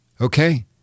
okay